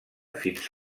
fins